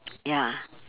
ya